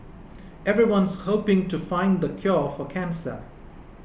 everyone's hoping to find the cure for cancer